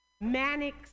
manic